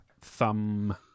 Thumb